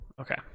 Okay